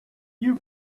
you